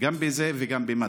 גם בזה וגם במד"א.